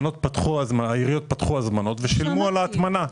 העיריות פתחו הזמנות ושילמו על ההטמנה.